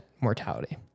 mortality